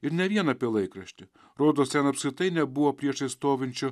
ir ne vien apie laikraštį rodos ten apskritai nebuvo priešais stovinčio